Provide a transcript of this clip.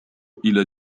إلى